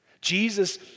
Jesus